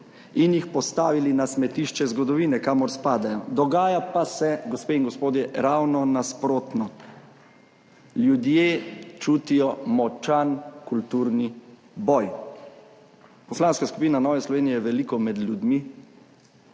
in jih postavili na smetišče zgodovine, kamor spadajo. Dogaja pa se, gospe in gospodje, ravno nasprotno. Ljudje čutijo močan kulturni boj. Poslanska skupina Nove Slovenije je veliko med ljudmi,